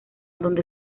donde